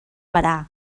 berà